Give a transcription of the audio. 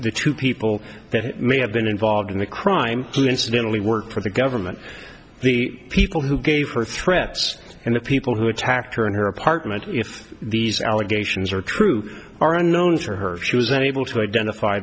the two people that may have been involved in the crime who incidentally worked for the government the people who gave her threats and the people who attacked her in her apartment if these allegations are true are unknown for her she was unable to identify